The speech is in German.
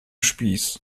spieß